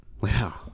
Wow